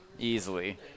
Easily